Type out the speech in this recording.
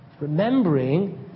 Remembering